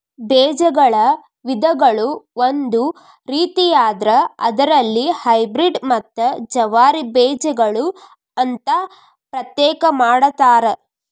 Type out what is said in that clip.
ಬೇಜಗಳ ವಿಧಗಳು ಒಂದು ರೇತಿಯಾದ್ರ ಅದರಲ್ಲಿ ಹೈಬ್ರೇಡ್ ಮತ್ತ ಜವಾರಿ ಬೇಜಗಳು ಅಂತಾ ಪ್ರತ್ಯೇಕ ಮಾಡತಾರ